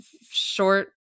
short